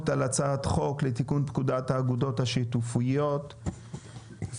על הצעת חוק לתיקון פקודת האגודות השיתופיות (מס'